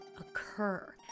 occur